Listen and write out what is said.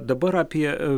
dabar apie